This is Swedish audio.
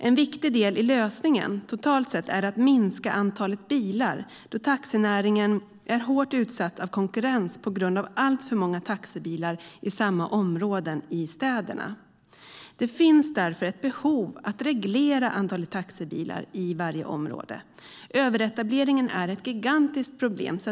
En viktig del i lösningen totalt sett är att minska antalet bilar, då taxinäringen är hårt utsatt av konkurrens på grund av alltför många taxibilar i samma områden i städerna. Det finns därför ett behov av att reglera antal taxibilar i varje område. Överetableringen är ett gigantiskt problem.